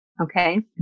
Okay